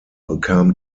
bekam